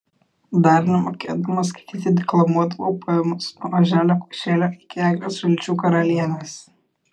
dar nemokėdama skaityti deklamuodavau poemas nuo oželio kvaišelio iki eglės žalčių karalienės